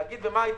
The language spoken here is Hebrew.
להגיד במה יתמכו,